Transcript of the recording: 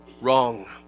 wrong